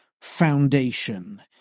foundation